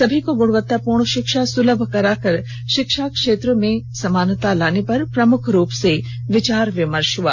सभी को गुणवत्तापूर्ण शिक्षा सुलभ बनाकर शिक्षा क्षेत्र में समानता लाने पर प्रमुख रूप से विचार विमर्श हुआ